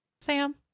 Sam